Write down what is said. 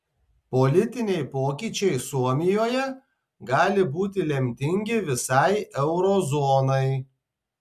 politiniai pokyčiai suomijoje gali būti lemtingi visai euro zonai